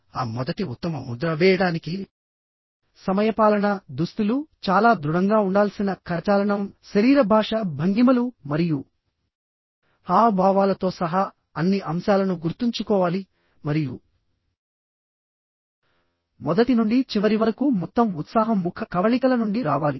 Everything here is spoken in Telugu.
ఆ మొదటి ఉత్తమ ముద్ర వేయడానికి సమయపాలన దుస్తులు చాలా దృఢంగా ఉండాల్సిన కరచాలనం శరీర భాష భంగిమలు మరియు హావభావాలతో సహా అన్ని అంశాలను గుర్తుంచుకోవాలి మరియు మొదటి నుండి చివరి వరకు మొత్తం ఉత్సాహం ముఖ కవళికల నుండి రావాలి